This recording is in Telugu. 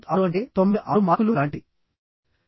6 అంటే 96 మార్కులు లాంటిది